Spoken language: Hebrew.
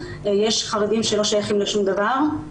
יש חרדים שלא שייכים לשום דבר,